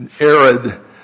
arid